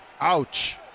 Ouch